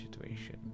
situation